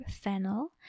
fennel